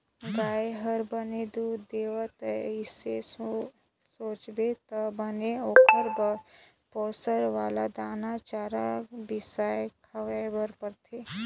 गाय ह बने दूद देवय अइसन सोचबे त बने ओखर बर पोसक वाला दाना, चारा बिसाके खवाए बर परथे